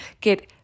get